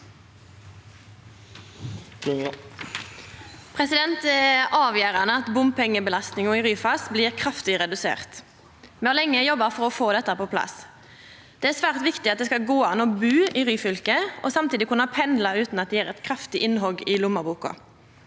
Det er avgjerande at bompengebelastninga i Ryfast blir kraftig redusert. Me har lenge jobba for å få dette på plass. Det er svært viktig at det skal gå an å bu i Ryfylke og samtidig kunna pendla utan at det gjer eit kraftig innhogg i lommeboka.